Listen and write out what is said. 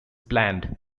planned